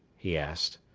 he asked.